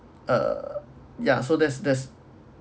uh ya so that's that's